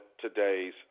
today's